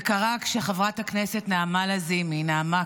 זה קרה כשחברת הכנסת נעמה לזימי נאמה